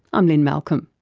i'm lynne malcolm.